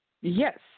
Yes